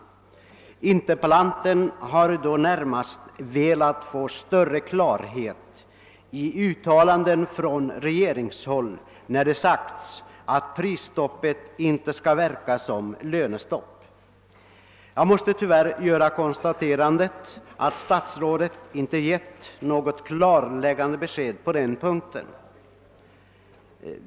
Interpellanten har då närmast velat få större klarhet i uttalanden från regeringshåll att prisstoppet inte skall verka som lör nestopp. Jag måste tyvärr konstatera att statsrådet inte har givit något klarläggande besked på den punkten.